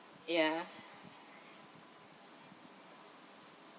ya